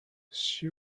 she